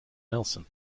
nelson